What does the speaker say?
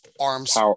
Arms